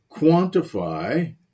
quantify